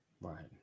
Right